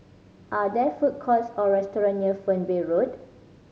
are there food courts or restaurant near Fernvale Road